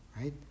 right